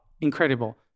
incredible